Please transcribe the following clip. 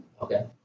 Okay